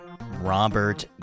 Robert